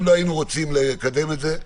אם לא היינו רוצים לקדם את זה,